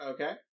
Okay